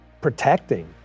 protecting